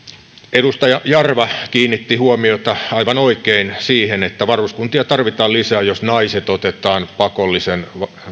edustaja jarva kiinnitti huomiota aivan oikein siihen että varuskuntia tarvitaan lisää jos naiset otetaan pakollisen